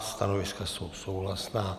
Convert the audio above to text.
Stanoviska jsou souhlasná.